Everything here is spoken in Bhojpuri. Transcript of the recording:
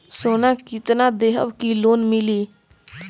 सोना कितना देहम की लोन मिली?